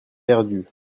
perdue